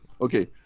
Okay